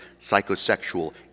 psychosexual